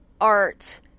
art